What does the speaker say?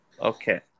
Okay